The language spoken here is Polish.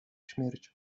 śmiercią